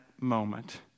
moment